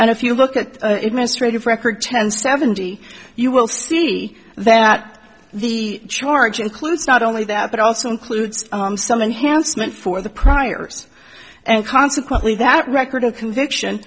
and if you look at the administrators record ten seventy you will see that the charge includes not only that but also includes some enhancement for the priors and consequently that record and conviction